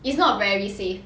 it's not very safe